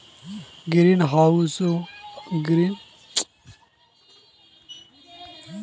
भेड़ ग्रीन होउसोत बहुत ज्यादा घास खाए गसेर मात्राक बढ़वार काम क्रोह